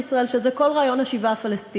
יגיע בתוך שלוש דקות?